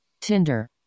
Tinder